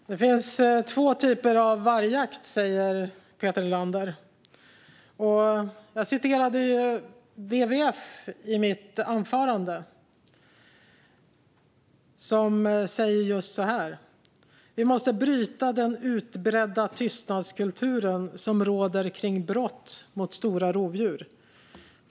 Fru talman! Det finns två typer av vargjakt, säger Peter Helander. Jag tog upp WWF i mitt anförande, som säger att vi måste bryta den utbredda tystnadskultur som råder om brott mot stora rovdjur.